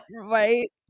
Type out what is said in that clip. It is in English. Right